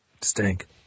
Stink